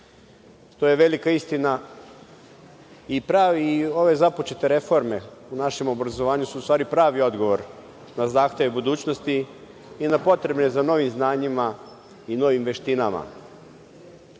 To je velika istina i pravi ove započete reforme u našem obrazovanju su pravi odgovor na zahtev budućnosti i na potrebe za novim znanjima i novim veštinama. Erozija